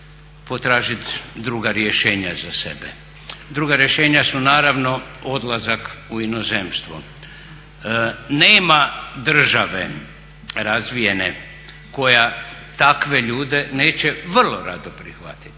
potražiti druga rješenja za sebe. Druga rješenja su naravno odlazak u inozemstvo. Nema države razvijene koja takve ljude neće vrlo rado prihvatiti.